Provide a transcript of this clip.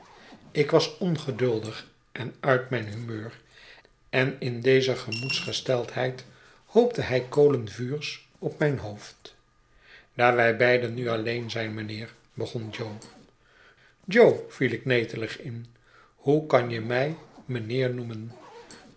ik was ongeduldig en uit mijn humeur en in deze gemoedsgesteldheid hoopte hij kolen vuurs op mijn hoofd daar wij beiden nu alleen zijn mijnheer begon jo u jo viel ik netelig in hoekanje mij mijnheer noemen